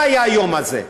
זה היה היום הזה,